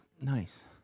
Nice